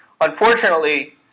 Unfortunately